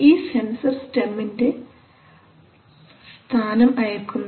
ഈ സെൻസർ സ്റ്റെമിൻറെ സ്ഥാനം അയക്കുന്നു